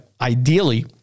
ideally